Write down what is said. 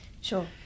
Sure